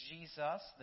Jesus